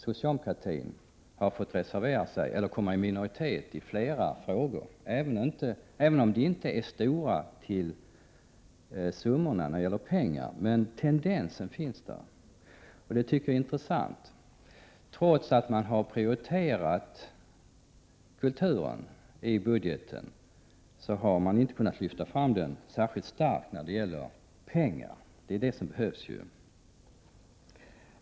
Socialdemokraterna har kommit i minoritet i flera frågor, även då det inte gällt stora summor pengar. Denna tendens tycker jag är intressant. Trots att man har prioriterat kulturen i budgeten, har man inte kunnat lyfta fram den särskilt starkt när man anslagit pengar, och det är ju det som behövs.